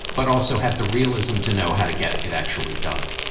but also have the realism to know how to get it actually done